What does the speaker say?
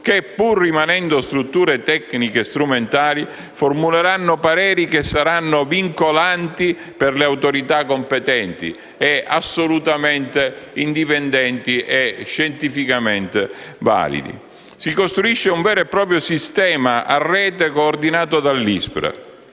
che, pur rimanendo strutture tecniche strumentali, formuleranno pareri che saranno vincolanti per le autorità competenti, assolutamente indipendenti e scientificamente validi. Si costruisce un vero e proprio sistema a rete coordinato dall'ISPRA.